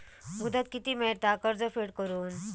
मुदत किती मेळता कर्ज फेड करून?